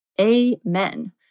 Amen